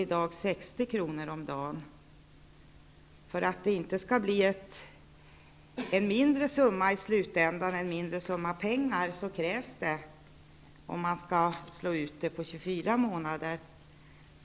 i månaden i 24 månader för en förälder som inte har inkomst utan bara får grundbidraget, vilket i dag är 60 kr. om dagen.